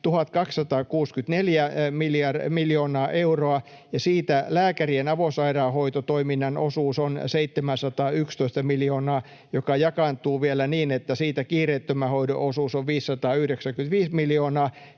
1 264 miljoonaa euroa ja siitä lääkärien avosairaanhoitotoiminnan osuus on 711 miljoonaa, joka jakaantuu vielä niin, että siitä kiireettömän hoidon osuus on 595 miljoonaa,